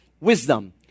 wisdom